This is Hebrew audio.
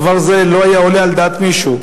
דבר זה לא היה עולה על דעת מישהו.